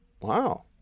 Wow